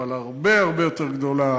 אבל הרבה הרבה יותר גדולה,